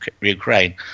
Ukraine